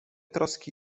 troski